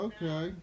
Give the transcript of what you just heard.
Okay